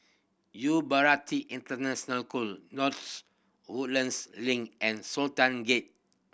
Bharati International North Woodlands Link and Sultan Gate